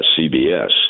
CBS